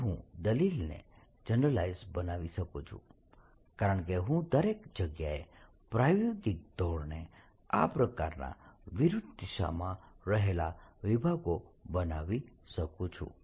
હવે હું દલીલને જનરલાઈઝ બનાવી શકું છું કારણ કે હું દરેક જગ્યાએ પ્રાયોગિક ધોરણે આ પ્રકારના વિરુદ્ધ દિશામાં રહેલા વિભાગો બનાવી શકું છું